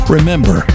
Remember